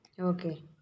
okay